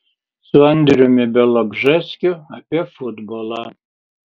su andriumi bialobžeskiu apie futbolą